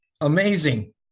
Amazing